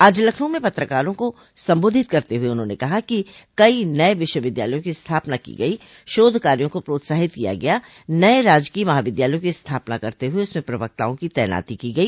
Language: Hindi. आज लखनऊ में पत्रकारों को सम्बोधित करते हुए उन्होंने कहा कि कई नये विश्वविद्यालयों की स्थापना की गई शोध कार्यो को प्रोत्साहित किया गया नये राजकीय महाविद्यालयों की स्थापना करते हुए इसमें प्रवक्ताओं की तैनाती की गई